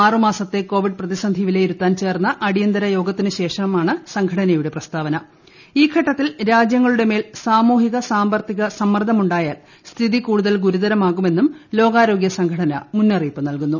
ആറു് ്മാസത്തെ കോവിഡ് പ്രതിസന്ധി വിലയിരുത്താൻ ചേർന്ന അടിിയന്തര യോഗത്തിനുശേഷമാണ് സംഘടനയുടെ പ്രസ്താവന്ത്ര്യ ഈ ഘട്ടത്തിൽ രാജ്യങ്ങളുടെ മേൽ സാമൂഹിക സാമ്പത്തിക്ട് സമ്മർദ്ദമുണ്ടായാൽ സ്ഥിതി കൂടുതൽ ഗുരുതരമാകുമെന്നും പ്ലോകാരോഗ്യ സംഘടന മുന്നറിയിപ്പ് നൽകുന്നു